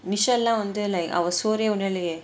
michelle லாம் வந்து:laam vanthu உன்னாலேயே:unnalayae